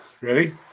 Ready